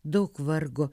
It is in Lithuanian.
daug vargo